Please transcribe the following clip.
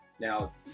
Now